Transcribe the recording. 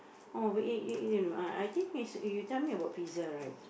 oh eh eh don't know I I think is you tell me about pizza right